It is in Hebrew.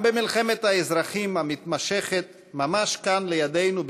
גם במלחמת האזרחים המתמשכת ממש כאן לידנו,